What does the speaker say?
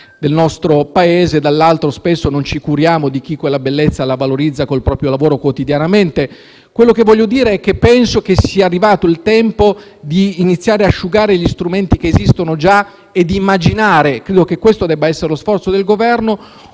del nostro Paese e, dall'altro, non ci curiamo di chi quella bellezza la valorizza quotidianamente col proprio lavoro. Voglio dire che penso sia arrivato il tempo di iniziare ad asciugare gli strumenti che esistono già e di immaginare - credo che questo debba essere lo sforzo del Governo